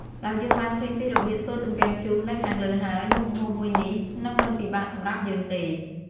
ដោយយើងបានឃើញពីរបៀបធ្វើទំពាំងជូរនៅខាងលើហើយ មុខម្ហូបមួយនេះនឹងមិនពិបាកសម្រាប់យើងទេ។